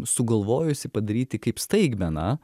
sugalvojusi padaryti kaip staigmeną